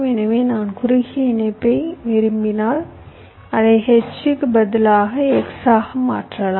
எனவே நான் குறுகிய இணைப்பை விரும்பினால் அதை H க்கு பதிலாக X ஆக மாற்றலாம்